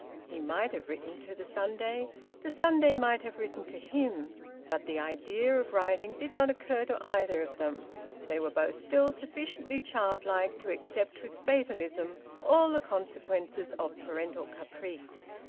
he might have written to the sunday the sunday might have written to him but the idea of writing did not occur to either of them they were both still sufficiently childlike to accept with fatalism all the consequences of parental caprice.